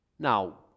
Now